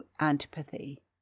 antipathy